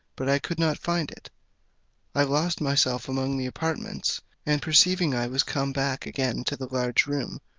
but i could not find it i lost myself among the apartments and perceiving i was come back again to the large room,